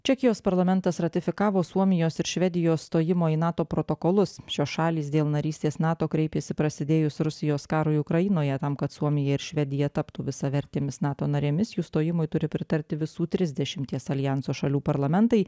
čekijos parlamentas ratifikavo suomijos ir švedijos stojimo į nato protokolus šios šalys dėl narystės nato kreipėsi prasidėjus rusijos karui ukrainoje tam kad suomija ir švedija taptų visavertėmis nato narėmis jų stojimui turi pritarti visų trisdešimties aljanso šalių parlamentai